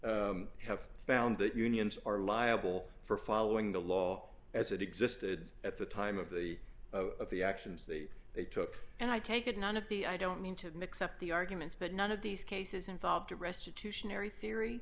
courts have found that unions are liable for following the law as it existed at the time of the of the actions that they took and i take it none of the i don't mean to mix up the arguments but none of these cases involved restitution every theory